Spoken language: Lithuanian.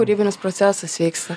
kūrybinis procesas vyksta